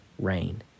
rain